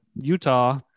Utah